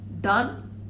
done